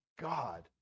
God